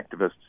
activists